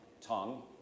tongue